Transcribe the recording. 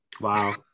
wow